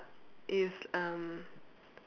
it's um